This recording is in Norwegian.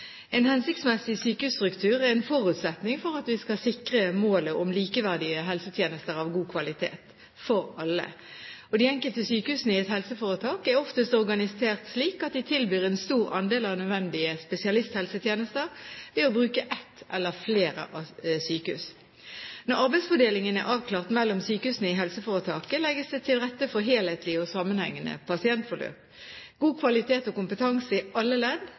En hensiktsmessig sykehusstruktur er en forutsetning for at vi skal sikre målet om likeverdige helsetjenester av god kvalitet for alle. De enkelte sykehusene i et helseforetak er oftest organisert slik at de tilbyr en stor andel av nødvendige spesialisthelsetjenester ved å bruke ett eller flere sykehus. Når arbeidsfordelingen er avklart mellom sykehusene i helseforetaket, legges det til rette for helhetlig og sammenhengende pasientforløp. God kvalitet og kompetanse i alle ledd